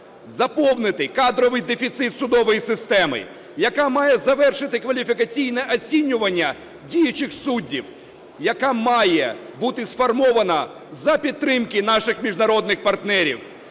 заповнити кадровий дефіцит судової системи, яка має завершити кваліфікаційне оцінювання діючих суддів, яка має бути сформована за підтримки наших міжнародних партнерів,